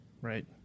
Right